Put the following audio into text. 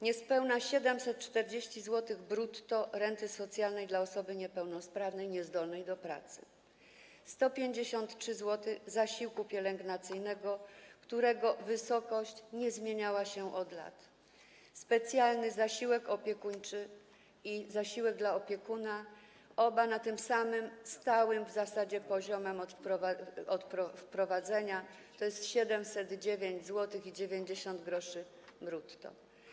Niespełna 740 zł brutto renty socjalnej dla osoby niepełnosprawnej niezdolnej do pracy, 153 zł zasiłku pielęgnacyjnego, którego wysokość nie zmieniała się od lat, specjalny zasiłek opiekuńczy i zasiłek dla opiekuna - oba na tym samym, stałym w zasadzie poziomie od wprowadzenia, tj. w wysokości 709,90 zł.